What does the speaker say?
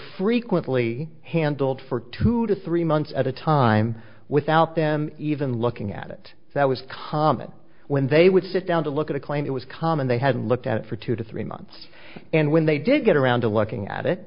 frequently handled for two to three months at a time without them even looking at it that was common when they would sit down to look at a claim it was common they hadn't looked at it for two to three months and when they did get around to looking at it